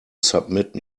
submit